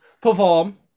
perform